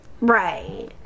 Right